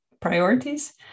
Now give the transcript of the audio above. priorities